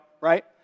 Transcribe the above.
right